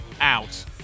out